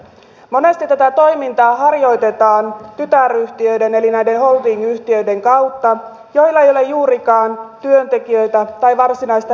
monesti tätä toimintaa harjoitetaan tytäryhtiöiden eli holdingyhtiöiden kautta joilla ei ole juurikaan työntekijöitä tai varsinaista liiketoimintaa